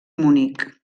munic